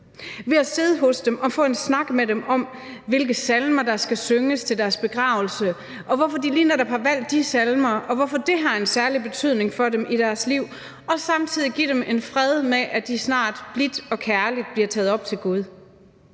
ved at sidde hos dem og få en snak med dem om, hvilke salmer der skal synges til deres begravelse, og hvorfor de lige netop har valgt de salmer, og hvorfor det har en særlig betydning for dem i deres liv, og samtidig give dem en fred med, at de snart blidt og kærligt bliver taget op til Gud.